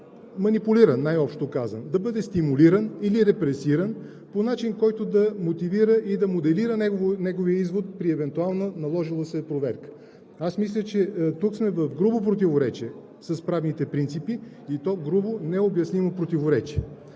манипулиран, най-общо казано, да бъде стимулиран или репресиран по начин, който да мотивира и да моделира неговия избор при евентуална наложила се проверка? (Шум и реплики.) Аз мисля, че тук сме в грубо противоречие с правните принципи, и то грубо, необяснимо противоречие!